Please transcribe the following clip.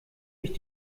ich